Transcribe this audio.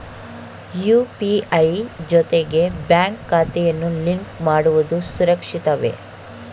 UPI ಜೊತೆಗೆ bank ಖಾತೆಯನ್ನು link ಮಾಡುವುದು ಸುರಕ್ಷಿತವೇ?